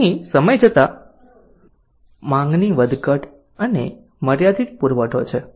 અહી સમય જતાં માંગની વધઘટ અને મર્યાદિત પુરવઠો છે